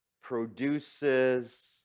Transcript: produces